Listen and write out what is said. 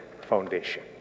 foundation